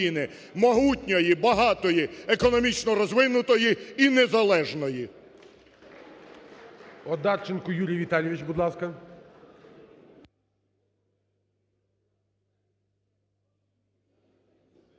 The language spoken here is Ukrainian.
могутньої, багатої, економічно розвинутої і незалежної.